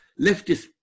leftist